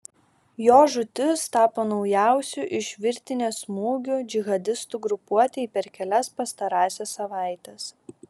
jo žūtis tapo naujausiu iš virtinės smūgių džihadistų grupuotei per kelias pastarąsias savaites